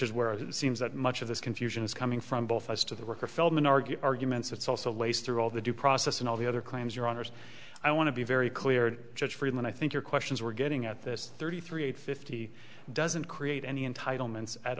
is where it seems that much of this confusion is coming from both as to the work of feldman argued arguments it's also laced through all the due process and all the other claims your honour's i want to be very clear judge for you and i think your questions we're getting at this thirty three eight fifty doesn't create any entitlements at